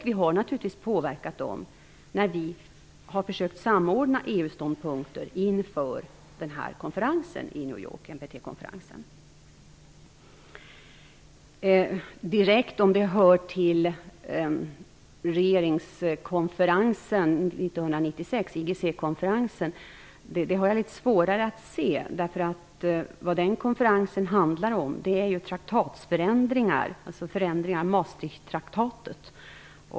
Vi har naturligtvis utövat vår påverkan när vi har försökt att samordna Jag har litet svårare att se om frågan direkt hör till regeringskonferensen 1996, IGC-konferensen. Vad den konferensen kommer att handla om är traktatsförändringar, alltså förändringar av Maastrichttraktaten.